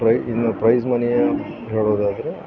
ಪ್ರೈ ಇನ್ನೂ ಪ್ರೈಸ್ ಮನಿಯ ಹೇಳುವುದಾದ್ರೆ